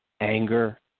anger